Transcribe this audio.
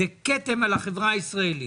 זה כתם על החברה הישראלית.